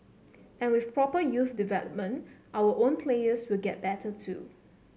and with proper youth development our own players will get better too